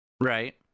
Right